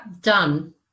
done